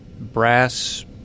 brass